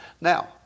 Now